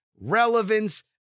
relevance